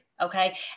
okay